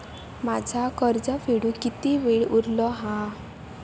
माझा कर्ज फेडुक किती वेळ उरलो हा?